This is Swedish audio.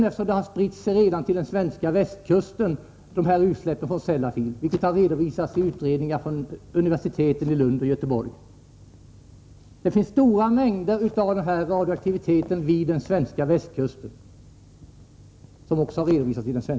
Utsläppen från Sellafield har ju redan spritt sig till den svenska västkusten, där det finns stora mängder radioaktivitet, vilket redovisats i utredningar från universiteten i Lund och Göteborg och även i den svenska pressen.